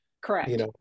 Correct